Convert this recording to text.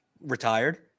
retired